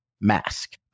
mask